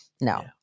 No